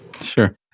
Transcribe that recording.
Sure